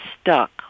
stuck